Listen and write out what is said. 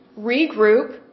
regroup